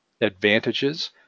advantages